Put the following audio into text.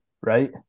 right